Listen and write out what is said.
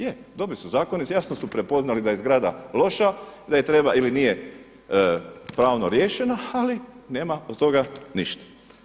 Je, dobri su zakoni jasno su prepoznali da je zgrada loša, da je treba ili nije pravno riješena ali nema od toga ništa.